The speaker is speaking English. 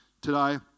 today